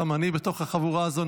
גם אני בתוך החבורה הזאת,